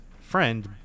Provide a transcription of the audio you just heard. friend